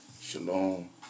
Shalom